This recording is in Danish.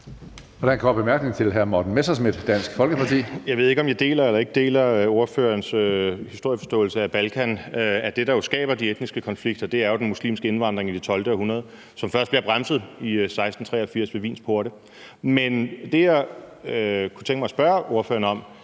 Dansk Folkeparti. Kl. 16:51 Morten Messerschmidt (DF): Jeg ved ikke, om jeg deler eller ikke deler ordførerens historieforståelse af Balkan, men det, der jo skaber de etniske konflikter, er den muslimske indvandring i det 12. århundrede, som først bliver bremset i 1683 ved Wiens porte. Men det, jeg kunne tænke mig at spørge ordføreren om